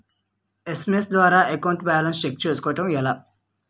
SMS ద్వారా account balance check చేసుకోవటం ఎలా?